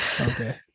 okay